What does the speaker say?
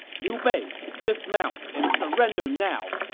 liu bei dismount and surrender now!